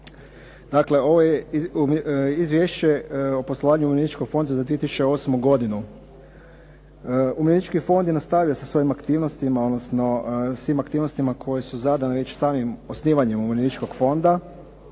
Dakle, ovo je izvješće o poslovanju umirovljeničkog fonda za 2008. godinu. Umirovljenički fond je nastavio sa svojim aktivnostima odnosno svim aktivnostima koje su zadane već samim osnivanjem umirovljeničkog fonda